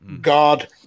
god